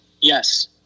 Yes